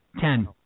Ten